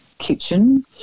Kitchen